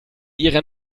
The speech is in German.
ihre